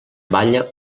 balla